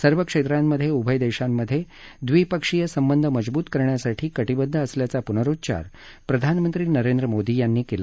सर्व क्षेत्रांमधे उभय देशांमधे द्विपक्षीय संबंध मजबूत करण्यासाठी का असल्याचा पुनरुच्चार प्रधानमंत्री नरेंद्र मोदी यांनी केला